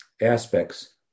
aspects